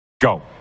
go